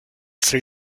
sri